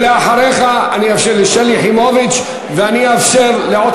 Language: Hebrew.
ואחריך אני אאפשר לשלי יחימוביץ ואני